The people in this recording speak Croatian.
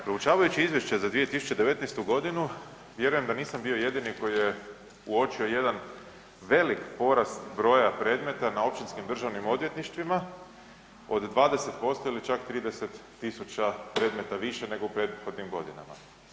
Proučavajući izvješće za 2019.g. vjerujem da nisam bio jedini koji je uočio jedan velik porast broja predmeta na općinskim državnim odvjetništvima od 20% ili čak 30.000 predmeta više nego u prethodnim godinama.